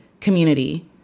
community